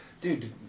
Dude